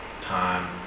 time